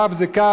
קו זה קו,